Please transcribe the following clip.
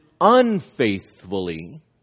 unfaithfully